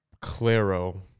Claro